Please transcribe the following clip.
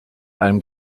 einem